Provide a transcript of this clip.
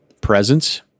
presence